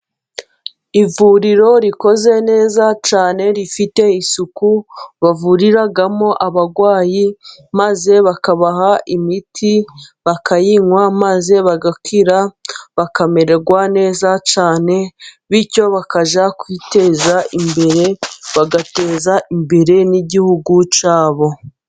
Ivuriro rikoze neza cyane rifite isuku, bavuriramo abarwayi, maze bakabaha imiti bakayinywa, maze bagakira bakamererwa neza cyane, bityo bakajya kwiteza imbere, bagateza imbere n'igihugu cyabo.